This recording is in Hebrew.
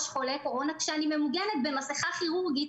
חולה קורונה כשאני ממוגנת במסכה כירורגית,